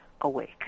awake